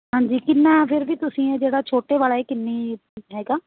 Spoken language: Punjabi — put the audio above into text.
ਹਾਂਜੀ ਕਿੰਨਾ ਫਿਰ ਵੀ ਤੁਸੀਂ ਫਿਰ ਜਿਹੜਾ ਛੋਟੇ ਵਾਲਾ ਇਹ ਕਿੰਨੇ ਹੈਗਾ